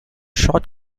short